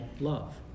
love